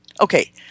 Okay